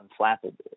unflappable